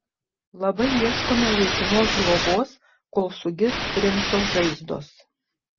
labai ieškome laikinos globos kol sugis princo žaizdos